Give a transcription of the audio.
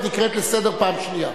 את נקראת לסדר פעם שנייה.